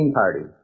party